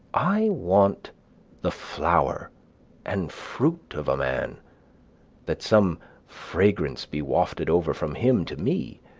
i want the flower and fruit of a man that some fragrance be wafted over from him to me,